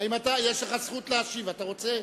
יש לך זכות להשיב, אתה רוצה?